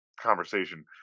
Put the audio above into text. conversation